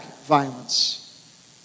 violence